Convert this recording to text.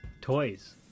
toys